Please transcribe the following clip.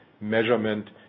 measurement